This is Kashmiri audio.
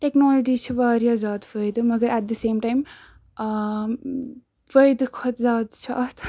ٹٮ۪کنالجی چھِ واریاہ زیادٕ فٲیِدٕ مگر ایٹ دَ سیم ٹایم فٲیِدٕ کھۄتہٕ زیادٕ چھِ اَتھ